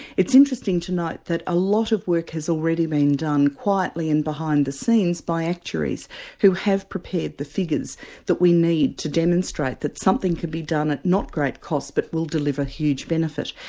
it's interesting to note that a lot of work has already been done quietly and behind the scenes by actuaries who have prepared the figures that we need to demonstrate that something could be done at not great cost but will deliver huge benefit.